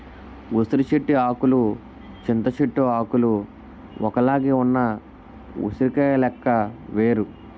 ఉసిరి చెట్టు ఆకులు చింత చెట్టు ఆకులు ఒక్కలాగే ఉన్న ఉసిరికాయ లెక్క వేరు